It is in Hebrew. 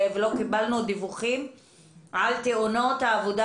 לא קיבלנו דיווחים על תאונות העבודה